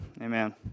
Amen